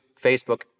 Facebook